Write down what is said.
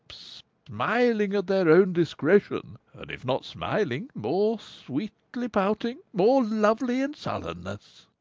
smiling at their own discretion and if not smiling, more sweetly pouting more lovely in sullenness!